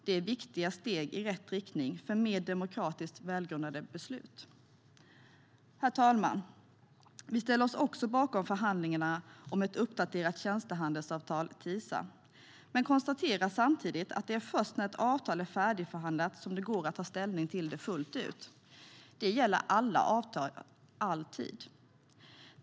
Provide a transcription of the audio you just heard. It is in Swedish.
Det är viktiga steg i rätt riktning för mer demokratiskt välgrundade beslut. Herr talman! Vi ställer oss också bakom förhandlingarna om ett uppdaterat tjänstehandelsavtal, TISA, men konstaterar samtidigt att det är först när ett avtal är färdigförhandlat som det går att ta ställning till det fullt ut. Det gäller alla avtal, alltid.